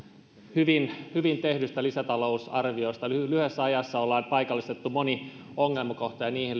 hyvin hyvin tehdystä lisätalousarviosta lyhyessä ajassa ollaan paikallistettu moni ongelmakohta ja niihin